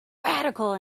radical